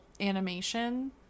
animation